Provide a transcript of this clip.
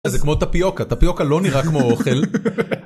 זה כמו טפיוקה, טפיוקה לא נראה כמו אוכל.